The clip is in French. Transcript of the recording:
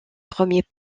premiers